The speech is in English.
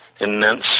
Immense